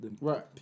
Right